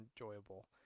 enjoyable